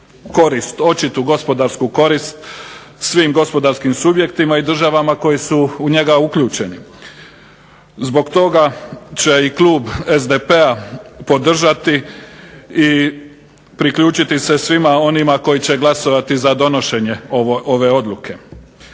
očitu gospodarsku korist svim gospodarskim subjektima i državama koje su u njega uključeni. Zbog toga će i klub SDP-a podržati i priključiti se svima onima koji će glasovati za donošenje ove odluke.